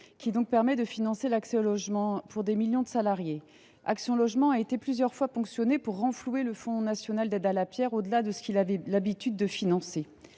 qui permettent de financer l’accès au logement de millions de salariés. Action Logement a été plusieurs fois ponctionné pour renflouer le Fonds national des aides à la pierre (Fnap), bien au delà de ce qu’il avait l’habitude de financer.